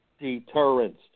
Deterrence